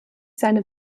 seine